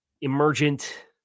emergent